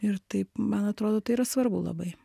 ir taip man atrodo tai yra svarbu labai